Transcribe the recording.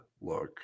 look